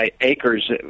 acres